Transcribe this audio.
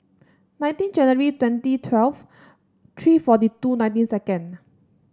nineteen January twenty twelve three forty two nineteen second